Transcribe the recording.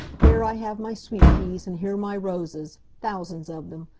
there i have my sweet peas and here my roses thousands of them!